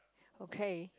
okay